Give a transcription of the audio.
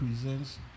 Presents